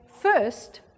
first